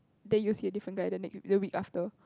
then you'll see a different guy the next the week after